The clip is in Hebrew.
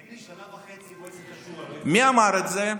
תגיד לי, שנה וחצי מועצת השורא לא, מי אמר את זה?